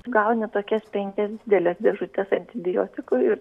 gauni tokias penkias dideles dėžutes antibiotikų ir